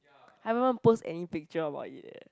I haven't post any picture about it eh